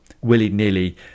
willy-nilly